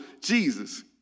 Jesus